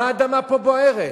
מה האדמה פה בוערת?